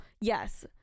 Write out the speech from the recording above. Yes